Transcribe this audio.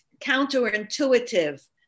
counterintuitive